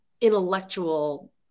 intellectual